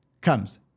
comes